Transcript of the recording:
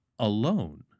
alone